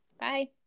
Bye